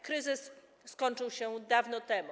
Kryzys skończył się dawno temu.